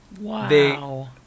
Wow